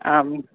आं